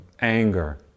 anger